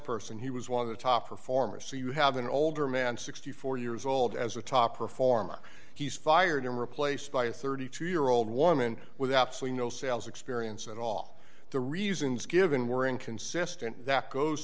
person he was one of the top performers so you have an older man sixty four years old as a top performer he's fired and replaced by a thirty two year old woman with absolutely no sales experience at all the reasons given were inconsistent that goes